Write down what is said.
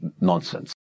nonsense